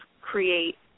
create